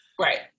Right